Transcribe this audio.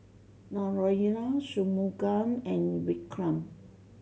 Naraina Shunmugam and Vikram